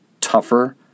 tougher